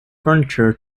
furniture